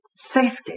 Safety